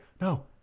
No